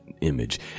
image